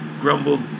grumbled